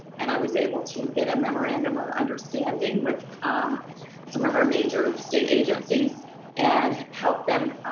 and i was able to get a memorandum of understanding with some of our major state agencies and help them